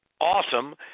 awesome